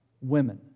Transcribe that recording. women